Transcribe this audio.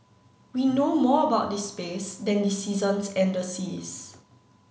we know more about the space than the seasons and the seas